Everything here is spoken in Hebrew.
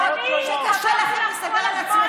קשה לכם לסדר את עצמכם.